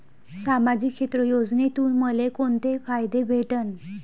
सामाजिक क्षेत्र योजनेतून मले कोंते फायदे भेटन?